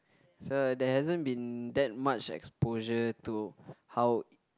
so there hasn't been that much exposure to how